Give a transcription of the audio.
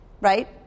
right